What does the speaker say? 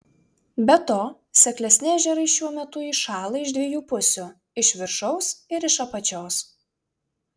be to seklesni ežerai šiuo metu įšąla iš dviejų pusių iš viršaus ir iš apačios